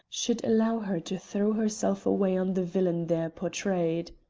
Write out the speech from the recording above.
should allow her to throw herself away on the villain there portrayed.